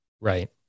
Right